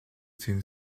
d’un